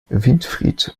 winfried